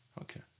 okay